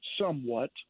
somewhat